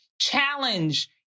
challenge